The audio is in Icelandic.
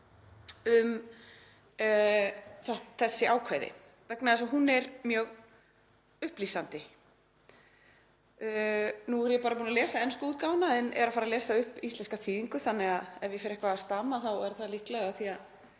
um þessi ákvæði vegna þess að hún er mjög upplýsandi. Nú er ég bara búin að lesa ensku útgáfuna en er að fara að lesa upp íslenska þýðingu þannig að ef ég fer eitthvað að stama þá er það líklega af því að